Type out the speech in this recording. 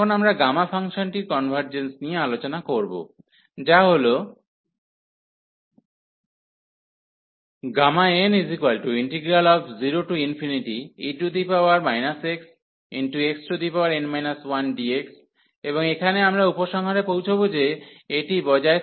এখন আমরা গামা ফাংশনটির কনভার্জেন্স নিয়ে আলোচনা করব যা হল n0e xxn 1dx এবং এখানে আমরা উপসংহারে পৌঁছব যে এটি বজায় থাকে যখন n0 হয়